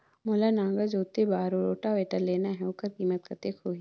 मोला नागर जोते बार रोटावेटर लेना हे ओकर कीमत कतेक होही?